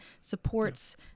supports